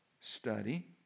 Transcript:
Study